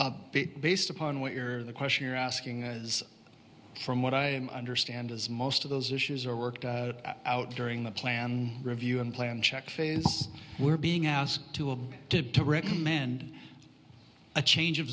it based upon what you're the question you're asking as from what i understand as most of those issues are worked out during the planned review unplanned check phase we're being asked to a tip to recommend a change of